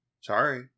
Sorry